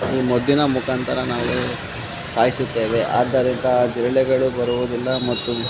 ಈ ಮದ್ದಿನ ಮುಖಾಂತರ ನಾವು ಸಾಯಿಸುತ್ತೇವೆ ಆದ್ದರಿಂದ ಜಿರಳೆಗಳು ಬರುವುದಿಲ್ಲ ಮತ್ತು